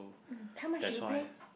um how much did you pay